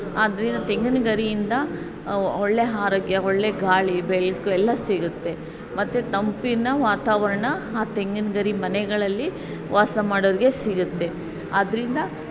ಆದ್ದರಿಂದ ತೆಂಗಿನ ಗರಿಯಿಂದ ಒಳ್ಳೆಯ ಆರೋಗ್ಯ ಒಳ್ಳೆಯ ಗಾಳಿ ಬೆಳ್ಕು ಎಲ್ಲ ಸಿಗುತ್ತೆ ಮತ್ತು ತಂಪಿನ ವಾತಾವರಣ ಆ ತೆಂಗಿನ ಗರಿ ಮನೆಗಳಲ್ಲಿ ವಾಸ ಮಾಡೋರಿಗೆ ಸಿಗುತ್ತೆ ಅದರಿಂದ